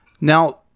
Now